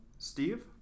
Steve